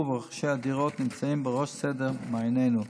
ורוכשי הדירות נמצאים בראש סדר מעיינינו.